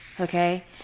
Okay